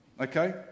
Okay